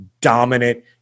dominant